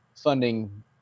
funding